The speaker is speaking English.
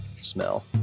smell